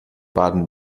baden